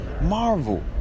Marvel